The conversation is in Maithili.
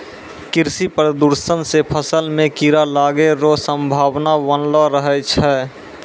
कृषि प्रदूषण से फसल मे कीड़ा लागै रो संभावना वनलो रहै छै